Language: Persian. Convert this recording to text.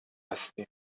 هستیم